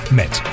met